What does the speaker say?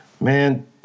Man